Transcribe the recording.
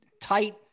tight